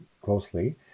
closely